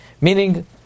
Meaning